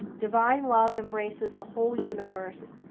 divine love embraces the whole universe,